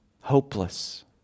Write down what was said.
hopeless